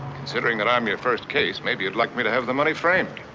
considering that i'm your first case, maybe you'd like me to have the money framed.